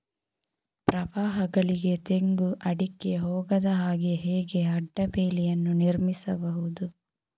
ಪ್ರವಾಹಗಳಿಗೆ ತೆಂಗು, ಅಡಿಕೆ ಹೋಗದ ಹಾಗೆ ಹೇಗೆ ಅಡ್ಡ ಬೇಲಿಯನ್ನು ನಿರ್ಮಿಸಬಹುದು?